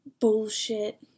bullshit